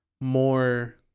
more